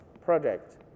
project